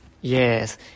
Yes